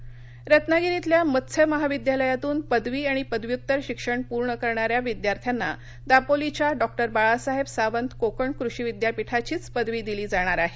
पदवी रत्नागिरीतल्या मत्स्य महाविद्यालयातून पदवी आणि पदव्युत्तर शिक्षण पूर्ण करणाऱ्या विद्यार्थ्यांना दापोलीच्या डॉक्टर बाळासाहेब सावंत कोकण कृषी विद्यापीठाचीच पदवी दिली जाणार आहे